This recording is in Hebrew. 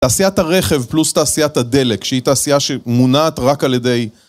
תעשיית הרכב פלוס תעשיית הדלק שהיא תעשייה שמונעת רק על ידי